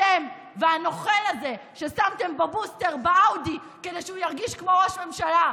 אתם והנוכל הזה ששמתם בבוסטר באאודי כדי שהוא ירגיש כמו ראש ממשלה.